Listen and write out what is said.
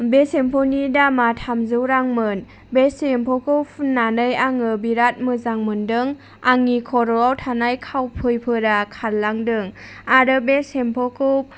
बे सेम्पुनि दामा थामजौ रांमोन बे सेम्पुखौ फुननानै आङो बिराद मोजां मोनदों आंनि खर'आव थानाय खावफैफोरा खारलांदों आरो बे सेम्पुखौ